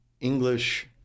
English